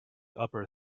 upper